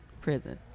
prison